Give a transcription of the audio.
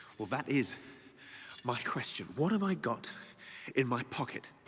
well that is my question what i'm i'm got in my pocket?